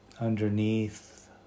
underneath